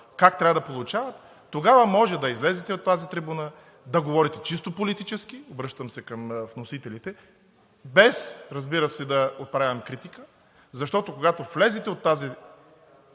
как трябва да получават, тогава може да излезете на тази трибуна – да говорите чисто политически. Обръщам се към вносителите, без, разбира се, да отправям критика, защото, когато влезете от тази